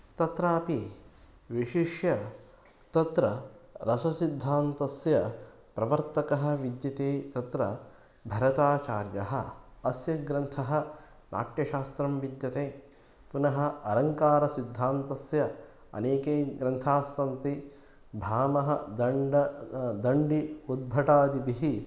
तत्रापि विशिष्य तत्र रससिद्धान्तस्य प्रवर्तकः विद्यते तत्र भरताचार्यः अस्य ग्रन्थः नाट्यशास्त्रं विद्यते पुनः अरङ्कारसिद्धान्तस्य अनेके ग्रन्थास्सन्ति भामह दण्डि दण्डि उद्भटादिभिः